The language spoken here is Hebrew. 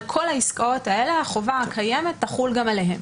על כל העסקאות האלה, החובה הקיימת תחול גם עליהן.